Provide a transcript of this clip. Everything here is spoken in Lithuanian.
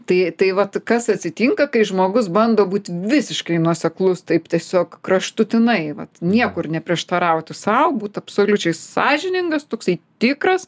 tai tai vat kas atsitinka kai žmogus bando būt visiškai nuoseklus taip tiesiog kraštutinai vat niekur neprieštarauti sau būti absoliučiai sąžiningas toksai tikras